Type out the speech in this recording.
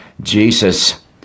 Jesus